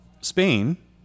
Spain